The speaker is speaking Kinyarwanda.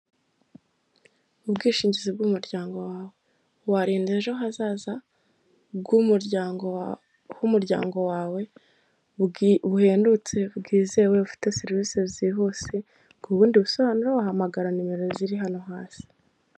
Ubwishingizi bw'umuryango wawe warinda ejo hazaza bw'umuryango wawe buhendutse bwizewe ufite serivisi zihuse ubundi busobanuro wahamagara nimero ziri hano hasi .